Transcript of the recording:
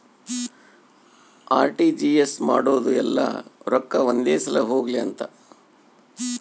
RTGS ಮಾಡೋದು ಯೆಲ್ಲ ರೊಕ್ಕ ಒಂದೆ ಸಲ ಹೊಗ್ಲಿ ಅಂತ